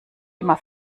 immer